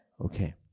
Okay